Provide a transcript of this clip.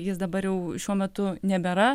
jis dabar jau šiuo metu nebėra